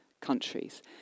countries